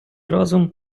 розум